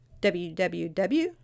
www